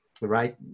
right